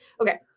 okay